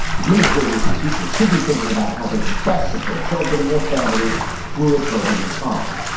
administrators and teachers should be thinking about how they can best support children and their families through a turbulent time.